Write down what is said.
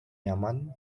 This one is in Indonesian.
nyaman